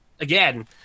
again